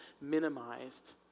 minimized